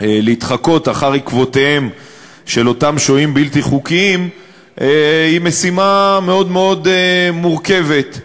להתחקות אחרי עקבותיהם של אותם שוהים בלתי חוקיים היא מאוד מאוד מורכבת,